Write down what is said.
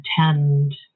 attend